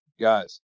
guys